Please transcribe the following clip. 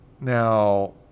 now